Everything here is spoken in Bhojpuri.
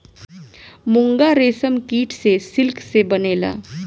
मूंगा रेशम कीट से सिल्क से बनेला